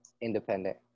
independent